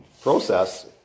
process